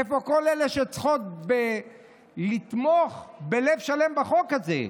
איפה כל אלו שצריכות לתמוך בלב שלם בחוק הזה?